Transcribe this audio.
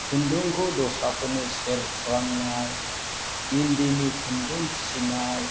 खुन्दुंखौ दस्राफोरनो सेल खालामनाय इन्दिनि खुन्दुं सिनाय